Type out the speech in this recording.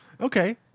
Okay